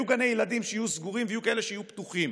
ויהיו גני ילדים שיהיו סגורים ויהיו כאלה שיהיו פתוחים,